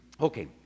Okay